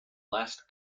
last